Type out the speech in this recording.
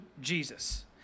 Jesus